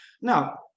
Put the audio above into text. Now